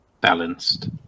balanced